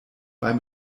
beim